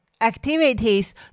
activities